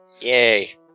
Yay